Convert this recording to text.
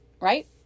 right